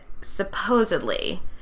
supposedly